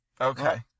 Okay